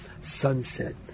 sunset